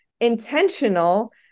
intentional